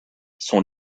sont